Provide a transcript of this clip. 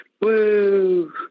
woo